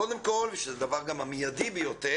קודם כל וזה גם הדבר המיידי ביותר,